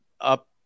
up